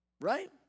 Right